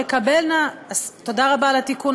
תודה רבה על התיקון,